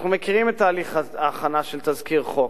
אנחנו מכינים את תהליך ההכנה של תזכיר חוק.